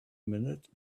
minute